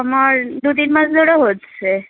আমার দু তিন মাস ধরে হচ্ছে